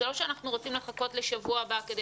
זה לא שאנחנו רוצים לחכות לשבוע הבא כדי